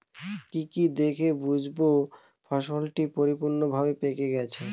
কি কি দেখে বুঝব ফসলটি পরিপূর্ণভাবে পেকে গেছে?